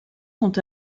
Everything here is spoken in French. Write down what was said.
sont